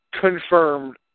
confirmed